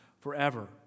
forever